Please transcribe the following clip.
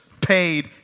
paid